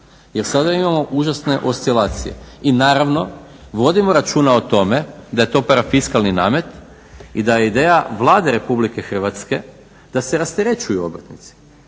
Jer sada imamo užasne oscilacije. I naravno vodimo računa o tome da je to parafiskalni namet i da je ideja Vlade Republike Hrvatske da se rasterećuju obrtnici.